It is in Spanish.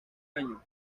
año